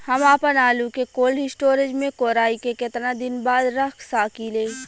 हम आपनआलू के कोल्ड स्टोरेज में कोराई के केतना दिन बाद रख साकिले?